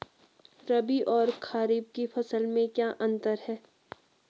रबी और खरीफ की फसल में क्या अंतर है?